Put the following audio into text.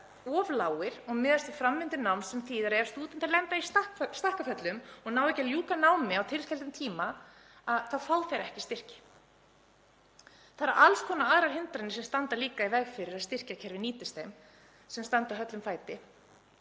vegar of lágir og miðast við framvindu náms sem þýðir að ef stúdentar lenda í skakkaföllum og ná ekki að ljúka námi á tilskildum tíma fá þeir ekki styrki. Það eru alls konar aðrar hindranir sem standa líka í vegi fyrir að styrkjakerfið nýtist þeim sem standa höllum fæti.